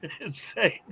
insane